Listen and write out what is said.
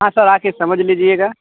हाँ सर आ कर समझ लीजिएगा